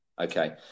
okay